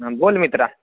हां बोल मित्रा